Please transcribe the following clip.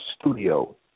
studio